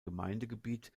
gemeindegebiet